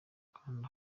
kanda